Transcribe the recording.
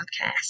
podcast